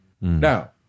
Now